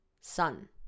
sun